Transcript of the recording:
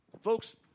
Folks